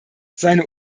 seine